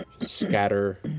scatter